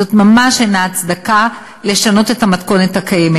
זאת ממש אינה הצדקה לשנות את המתכונת הקיימת.